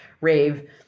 rave